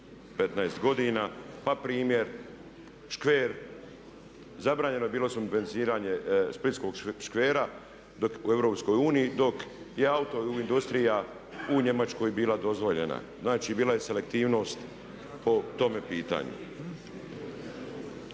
15 godina. Pa primjer škver. Zabranjeno je bilo subvencioniranje splitskog škvera dok u EU, dok je auto industrija u Njemačkoj bila dozvoljena. Znači, bila je selektivnost po tome pitanju.